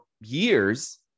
years